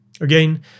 Again